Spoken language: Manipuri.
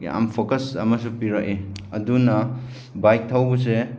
ꯌꯥꯝ ꯐꯣꯀꯁ ꯑꯃꯁꯨ ꯄꯤꯔꯛꯑꯦ ꯑꯗꯨꯅ ꯕꯥꯏꯛ ꯊꯧꯕꯁꯦ